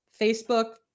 Facebook